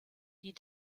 die